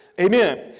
amen